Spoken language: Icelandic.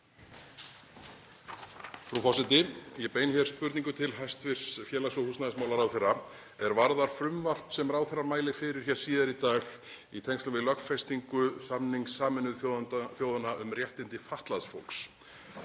Frú forseti. Ég beini spurningu til hæstv. félags- og húsnæðismálaráðherra er varðar frumvarp sem ráðherrann mælir fyrir hér síðar í dag í tengslum við lögfestingu samnings Sameinuðu þjóðanna um réttindi fatlaðs fólks.